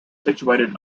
situated